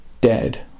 dead